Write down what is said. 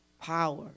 Power